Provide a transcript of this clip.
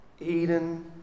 Eden